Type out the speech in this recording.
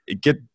Get